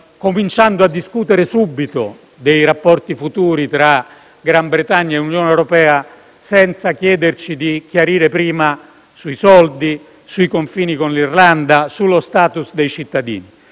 cominciando a discutere subito dei rapporti futuri tra Gran Bretagna e Unione europea, senza chiederci di chiarire prima sui soldi, sui confini con l'Irlanda, sullo *status* dei cittadini».